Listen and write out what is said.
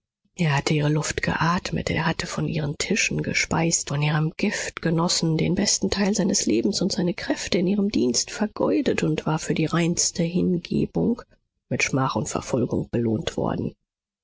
er hatte ihre luft geatmet er hatte von ihren tischen gespeist von ihrem gift genossen den besten teil seines lebens und seiner kräfte in ihrem dienst vergeudet und war für die reinste hingebung mit schmach und verfolgung belohnt worden